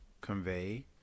convey